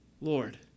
Lord